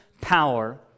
power